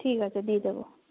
ঠিক আছে দিয়ে দেবো